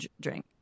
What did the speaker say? drink